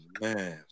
man